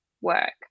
work